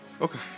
Okay